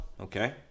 Okay